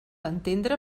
entendre